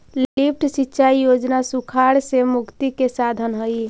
lift सिंचाई योजना सुखाड़ से मुक्ति के साधन हई